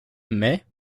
mais